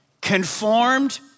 conformed